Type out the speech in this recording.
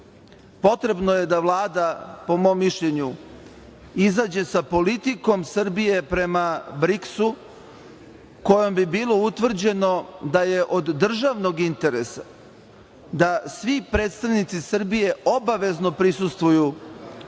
potrebno je da Vlada, po mom mišljenju, izađe sa politikom Srbije prema BRIKS-u kojom bi bilo utvrđeno da je od državnog interesa da svi predstavnici Srbije obavezno prisustvuju svim